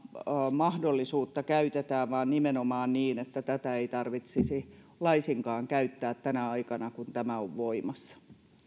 mahdollisuutta käytetään vaan nimenomaan niin että tätä ei tarvitsisi laisinkaan käyttää tänä aikana kun tämä on voimassa